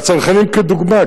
והצנחנים כדוגמה,